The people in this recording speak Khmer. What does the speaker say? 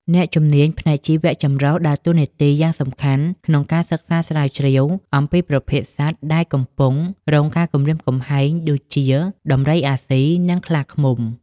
អ្នកជំនាញផ្នែកជីវៈចម្រុះដើរតួនាទីយ៉ាងសំខាន់ក្នុងការសិក្សាស្រាវជ្រាវអំពីប្រភេទសត្វដែលកំពុងរងការគំរាមកំហែងដូចជា ដំរីអាស៊ី និងខ្លាឃ្មុំ។